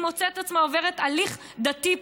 היא מוצאת את עצמה עוברת הליך דתי פה,